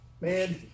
Man